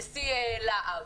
נשיא לה"ב.